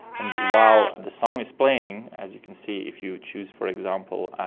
and while the song is playing. as you can see if you choose, for example,